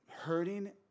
hurting